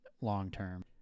long-term